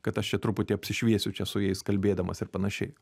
kad aš čia truputį apsišviesiu čia su jais kalbėdamas ir panašiai